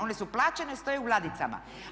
One su plaćene, stoje u ladicama.